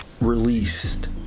released